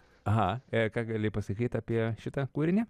aha ką gali pasakyti apie šitą kūrinį